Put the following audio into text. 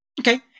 Okay